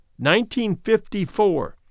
1954